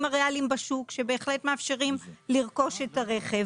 הריאליים בשוק שבהחלט מאפשרים לרכוש את הרכב.